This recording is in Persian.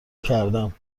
کردم